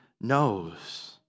knows